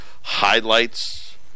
highlights